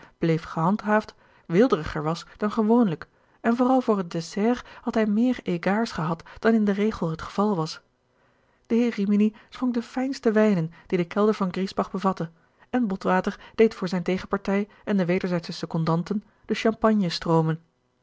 bleef gehandhaafd weelderiger was dan gewoonlijk en vooral voor het dessert had hij meer égards gehad dan in den regel het geval was de heer rimini schonk de fijnste wijnen die de kelder van griesbach bevatte en botwater deed voor zijne tegenpartij en de wederzijdsche secondanten de champagne stroomen